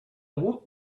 woot